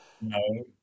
No